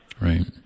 right